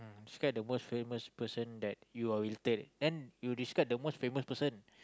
describe the most famous person that you are related and you describe the most famous person